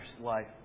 life